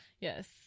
Yes